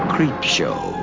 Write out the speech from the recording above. Creepshow